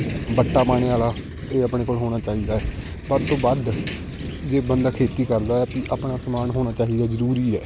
ਵੱਟਾਂ ਪਾਉਣੇ ਵਾਲਾ ਇਹ ਆਪਣੇ ਕੋਲ ਹੋਣਾ ਚਾਹੀਦਾ ਹੈ ਵੱਧ ਤੋਂ ਵੱਧ ਜੇ ਬੰਦਾ ਖੇਤੀ ਕਰਦਾ ਹੈ ਪੀ ਆਪਣਾ ਸਮਾਨ ਹੋਣਾ ਚਾਹੀਦਾ ਜ਼ਰੂਰੀ ਹੈ